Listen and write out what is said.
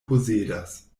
posedas